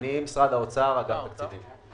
אני ממשרד האוצר, מאגף התקציבים.